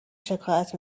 شکایت